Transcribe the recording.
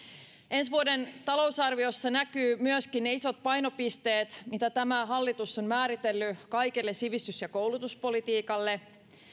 ensi vuoden talousarviossa näkyvät myöskin ne isot painopisteet mitä tämä hallitus on määritellyt kaikelle sivistys ja koulutuspolitiikalle